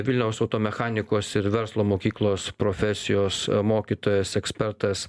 vilniaus auto mechanikos ir verslo mokyklos profesijos mokytojas ekspertas